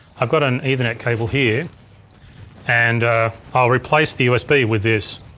i've got an ethernet cable here and i'll replace the usb with this.